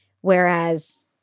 Whereas-